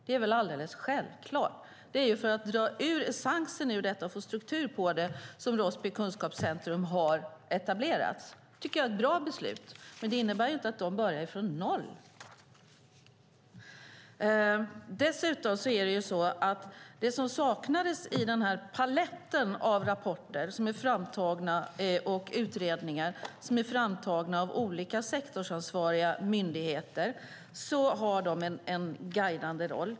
Det är alldeles självklart. Det är för att dra ut essensen ur och få struktur på det hela som Rossby kunskapscentrum har etablerats. Det tycker jag är ett bra beslut, men det innebär inte att de börjar från noll. Den palett av rapporter och utredningar, framtagna av olika sektorsansvariga myndigheter, har en guidande roll.